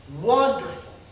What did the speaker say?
Wonderful